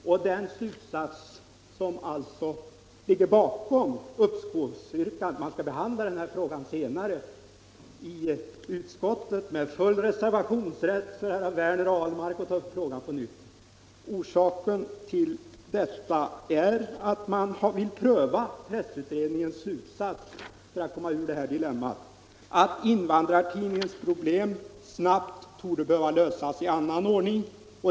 Det finns ju förslag om det! Bakom förslaget om uppskov ligger att man skall behandla denna fråga senare i utskottet, med full reservationsrätt för herrar Werner i Malmö och Ahlmark om de vill ta upp frågan på nytt. Orsaken är alltså att man vill pröva pressutredningens slutsats för att komma ur dilemmat att invandrartidningarnas problem torde behöva lösas i annan ordning.